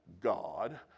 God